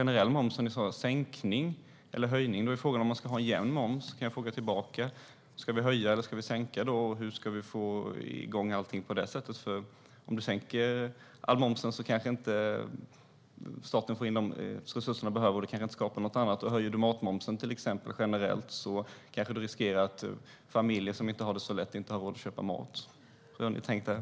När det gäller en jämn momssats kan jag ställa en fråga tillbaka. Ska vi höja eller sänka då, och hur ska vi få igång allting? Om du sänker all moms kanske inte staten får in de resurser som behövs, och det kanske inte skapar något annat, och höjer du matmomsen kanske du riskerar att familjer som inte har det så lätt inte har råd att köpa mat. Hur har ni tänkt där?